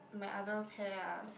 my other pair ah